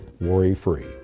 worry-free